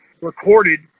recorded